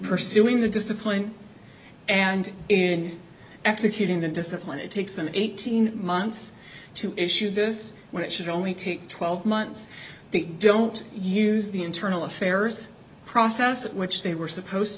pursuing the discipline and in executing the discipline it takes them eighteen months to issue this when it should only take twelve months don't use the internal affairs process which they were supposed